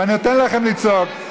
אני נותן לכם לצעוק,